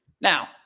Now